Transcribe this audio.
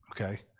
okay